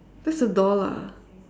that's a door lah